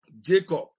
Jacob